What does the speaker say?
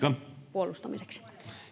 puolustamiseksi